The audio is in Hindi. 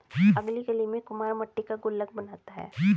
अगली गली में कुम्हार मट्टी का गुल्लक बनाता है